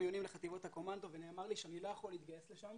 לחטיבות הקומנדו ונאמר לי שאני לא יכול להתגייס לשם